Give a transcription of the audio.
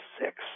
six